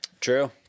True